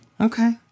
Okay